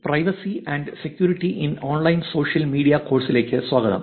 privacy and security in online social media കോഴ്സിലേക്ക് സ്വാഗതം